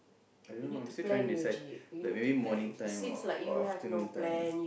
I don't know I'm still trying to decide like maybe morning time or or afternoon time